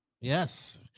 Yes